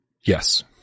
yes